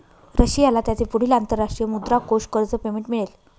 रशियाला त्याचे पुढील अंतरराष्ट्रीय मुद्रा कोष कर्ज पेमेंट मिळेल